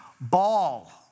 Ball